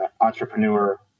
entrepreneur